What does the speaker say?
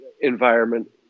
environment